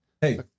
Hey